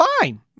Fine